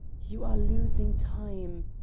you are losing time,